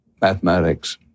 mathematics